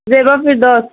Zeba Firdous